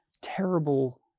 terrible